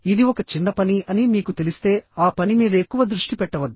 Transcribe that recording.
ఇది ఒక చిన్న పని అని మీకు తెలిస్తే ఆ పని మీద ఎక్కువ దృష్టి పెట్టవద్దు